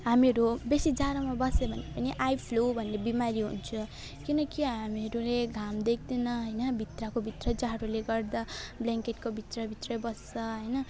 हामीहरू बेसी जाडोमा बस्यो भने पनि आइफ्लू भन्ने बिमारी हुन्छ किनकि हामीहरूले घाम देख्दैन होइन भित्रको भित्र जाडोले गर्दा ब्ल्याङ्केटको भित्र भित्रै बस्छ होइन